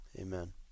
Amen